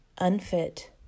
unfit